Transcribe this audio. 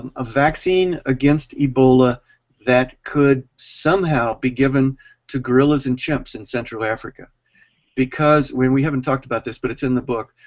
um a vaccine against ebola that could somehow be given to gorillas and chimps in central africa because, we we haven't talked about this but it's in the book,